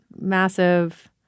Massive